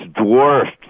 dwarfed